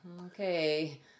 Okay